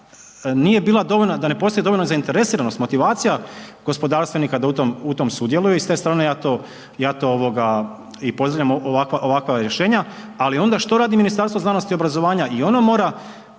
da ne postoji dovoljna zainteresiranost, motivacija gospodarstvenika da u tom sudjeluju i s te strane ja to i pozdravljam, ovakva rješenja, ali onda, što radi Ministarstvo znanosti i obrazovanja? I ono mora